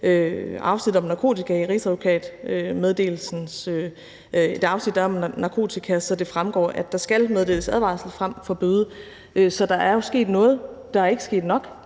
afsnittet om narkotika i rigsadvokatmeddelelsen, at der skal meddeles advarsel frem for bøde. Så der er jo sket noget. Der er ikke sket nok,